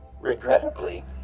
Regrettably